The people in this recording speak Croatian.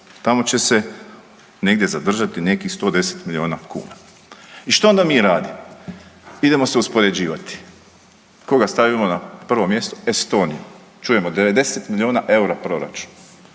tamo će se negdje zadržati nekih 110 milijuna kuna. I što onda mi radimo? Idemo se uspoređivati. Koga stavimo na prvo mjesto? Estoniju. Čujemo, 90 milijuna eura proračun.